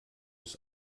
ist